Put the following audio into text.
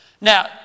Now